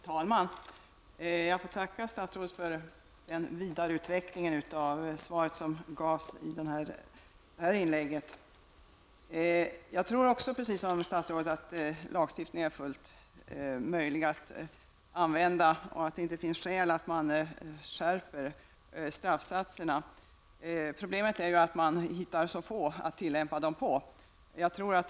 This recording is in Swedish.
Herr talman! Jag tackar för fru statsrådets vidareutveckling av svaret. Precis som statsrådet tror också jag att det är fullt möjligt att använda lagstiftningen och att det inte finns skäl att skärpa straffsatserna. Problemet är att man hittar så få att tillämpa lagstiftningen på.